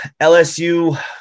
LSU